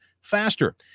faster